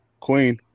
Queen